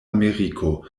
ameriko